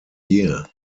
year